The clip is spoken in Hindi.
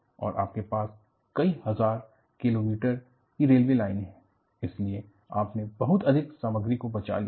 और आपके पास कई हजार किलोमीटर की रेलवे लाइन है इसलिए आपने बहुत अधिक सामग्री को बचा लिया है